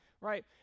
Right